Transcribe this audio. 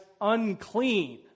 unclean